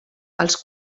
els